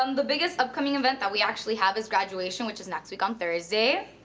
um the biggest upcoming event that we actually have is graduation, which is next week on thursday.